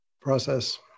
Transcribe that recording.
process